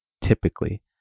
typically